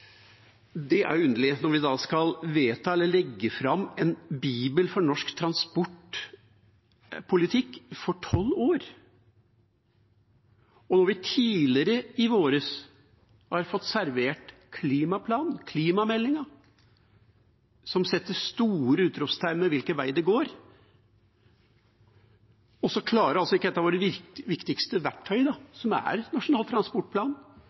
Det er underlig, når vi skal vedta eller legge fram en bibel for norsk transportpolitikk for tolv år, og når vi tidligere i vår har fått servert klimaplanen, klimameldinga, som setter store utropstegn ved hvilken vei det går, at ikke et av våre viktigste verktøy, som er Nasjonal transportplan,